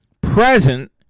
present